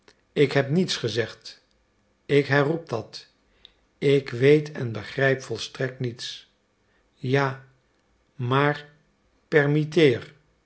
ik heb niets gezegd ik herroep dat ik weet en begrijp volstrekt niets ja maar permitteer